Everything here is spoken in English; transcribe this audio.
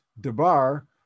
Debar